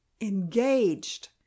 Engaged